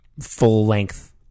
full-length